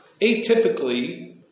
atypically